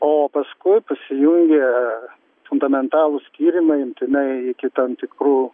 o paskui pasijungė fundamentalūs tyrimai imtinai iki tam tikrų